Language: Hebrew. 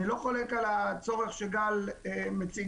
אני לא חולק על הצורך שגל מציגה.